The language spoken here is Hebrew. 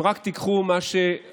אם רק תיקחו מה שעברה